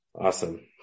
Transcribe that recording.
Awesome